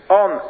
on